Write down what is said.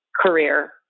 career